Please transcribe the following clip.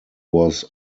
was